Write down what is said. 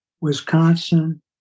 Wisconsin